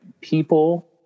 people